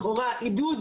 אנחנו מכירים את זה,